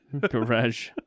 Garage